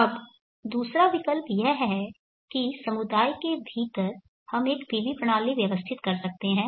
अब दूसरा विकल्प यह है कि समुदाय के भीतर हम एक PV प्रणाली व्यवस्थित कर सकते हैं